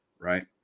right